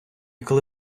коли